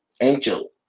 Angel